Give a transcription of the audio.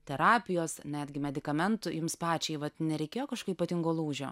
terapijos netgi medikamentų jums pačiai vat nereikėjo kažko ypatingo lūžio